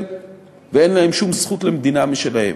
ואין להם שום זכות למדינה משלהם.